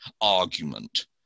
argument